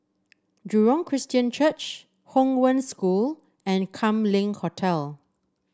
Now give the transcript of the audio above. Jurong Christian Church Hong Wen School and Kam Leng Hotel